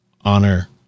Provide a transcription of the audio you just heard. Honor